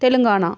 Telangana